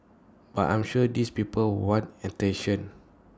but I'm sure these people want attention